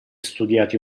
studiati